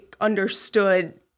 understood